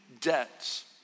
debts